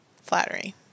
flattery